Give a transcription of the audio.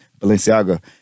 Balenciaga